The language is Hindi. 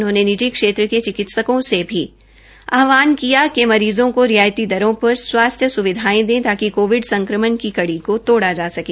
उन्होंने निजी क्षेत्र के चिकित्सकों से भी आहवान किया है कि मरीज़ों को रियायती दरों पर स्वास्थ्य सेवायें दे ताकि कोविड संक्रमण की कड़ी को तोडा ज्ञा सके